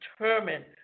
determined